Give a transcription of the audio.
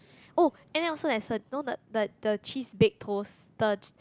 oh and then also there's no the the the cheese baked toast the